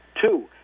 Two